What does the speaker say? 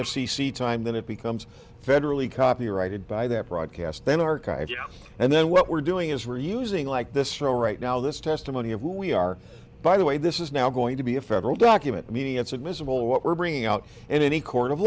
c time then it becomes federally copyrighted by that broadcast then archive and then what we're doing is we're using like this show right now this testimony of who we are by the way this is now going to be a federal document meaning it's admissible what we're bringing out in any court of